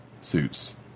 suits